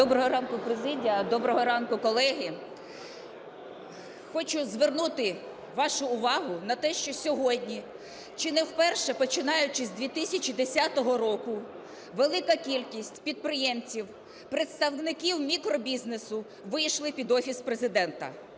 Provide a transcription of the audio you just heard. Доброго ранку, президія! Доброго ранку, колеги! Хочу звернути вашу увагу на те, що сьогодні чи не вперше, починаючи з 2010 року, велика кількість підприємців, представників мікробізнесу вийшли під Офіс Президента.